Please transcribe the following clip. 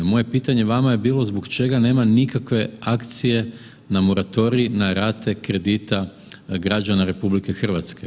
Moje pitanje vama je bilo zbog nema nikakve akcije na moratorij na rate kredita građana RH.